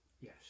Yes